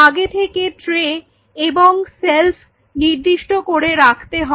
আগে থেকে ট্রে এবং সেল্ফ নির্দিষ্ট করে রাখতে হবে